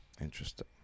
Interesting